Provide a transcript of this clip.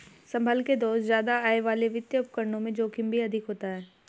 संभल के दोस्त ज्यादा आय वाले वित्तीय उपकरणों में जोखिम भी अधिक होता है